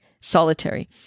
Solitary